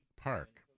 Park